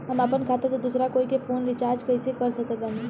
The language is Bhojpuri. हम अपना खाता से दोसरा कोई के फोन रीचार्ज कइसे कर सकत बानी?